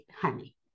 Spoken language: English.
honey